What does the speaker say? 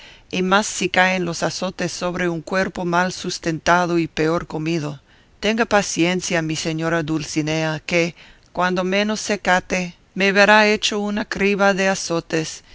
y más si caen los azotes sobre un cuerpo mal sustentado y peor comido tenga paciencia mi señora dulcinea que cuando menos se cate me verá hecho una criba de azotes